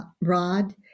rod